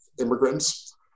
immigrants